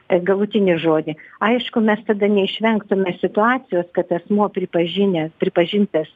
tą galutinį žodį aišku mes tada neišvengtume situacijos kad asmuo pripažinęs pripažintas